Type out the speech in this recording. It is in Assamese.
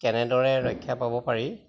কেনেদৰে ৰক্ষা পাব পাৰি